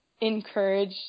encourage